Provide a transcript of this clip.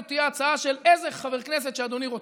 זו תהיה הצעה של איזה חבר כנסת שאדוני רוצה.